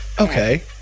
Okay